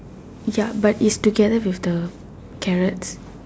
ya but it's together with the carrots